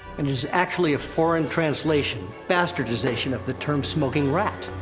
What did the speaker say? and it is actually a foreign translation, bastardization, of the term smoking rat!